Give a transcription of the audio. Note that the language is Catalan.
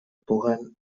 puguen